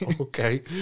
Okay